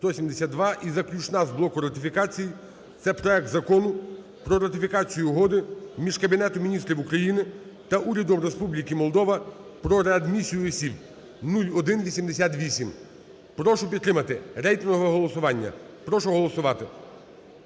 І заключна з блоку ратифікацій - це проект Закону про ратифікацію Угоди між Кабінетом Міністрів України та Урядом Республіки Молдова про реадмісію осіб (0188). Прошу підтримати. Рейтингове голосування. Прошу голосувати,